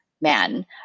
Man